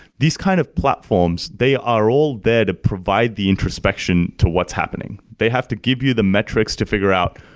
these kind of platforms, they are all there to provide the introspection to what's happening. they have to give you the metrics to figure out,